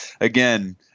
again –